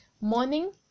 morning